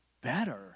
better